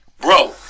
Bro